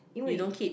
you don't keep